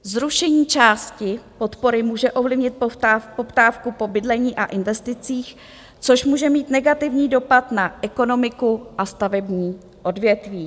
Zrušení části podpory může ovlivnit poptávku po bydlení a investicích, což může mít negativní dopad na ekonomiku a stavební odvětví.